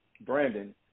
Brandon